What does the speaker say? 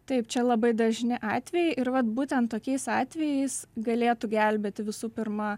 taip čia labai dažni atvejai ir vat būtent tokiais atvejais galėtų gelbėti visų pirma